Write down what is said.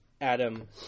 Adam